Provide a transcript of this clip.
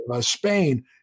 Spain